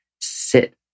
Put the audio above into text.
sit